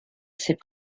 ses